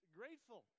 grateful